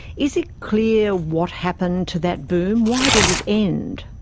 is it clear what happened to that boom? why did it end?